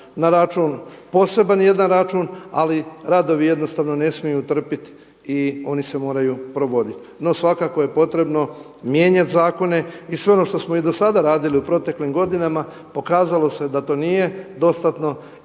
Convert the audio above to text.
na račun poseban jedan račun, ali radovi jednostavno ne smiju trpiti i oni se moraju provoditi. No svakako je potrebno mijenjati zakone i sve ono što smo i do sada radili u proteklim godinama pokazalo se da to nije dostatno,